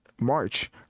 march